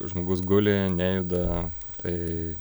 žmogus guli nejuda tai